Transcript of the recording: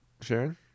Sharon